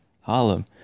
Harlem